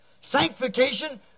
Sanctification